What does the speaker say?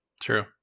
true